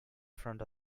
front